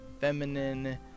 feminine